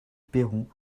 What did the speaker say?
perron